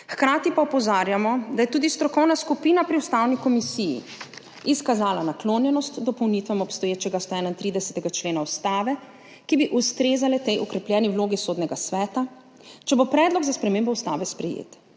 hkrati pa opozarjamo, da je tudi strokovna skupina pri Ustavni komisiji izkazala naklonjenost dopolnitvam obstoječega 131. člena Ustave, ki bi ustrezale tej okrepljeni vlogi Sodnega sveta, če bo predlog za spremembo ustave sprejet.